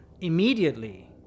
immediately